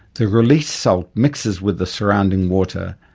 the released salt mixes with the surrounding water,